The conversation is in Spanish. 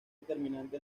determinante